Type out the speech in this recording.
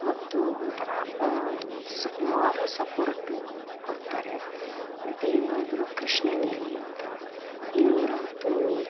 ಮತ್ತು ಒಂಥರ ಸ ಮೋರಲ್ ಸಪ್ಪೋರ್ಟು ಕೊಡ್ತಾರೆ ಮತ್ತು ಇನ್ನೊಬ್ಬರು ಕೃಷ್ಣವೇಣಿ ಅಂತ ಇವರಂತೂ